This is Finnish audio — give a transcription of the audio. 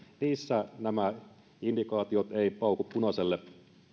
niissä nämä indikaatiot eivät pauku punaiselle